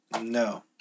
No